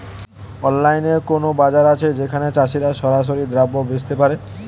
অনলাইনে কোনো বাজার আছে যেখানে চাষিরা সরাসরি দ্রব্য বেচতে পারে?